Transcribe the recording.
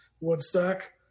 Woodstock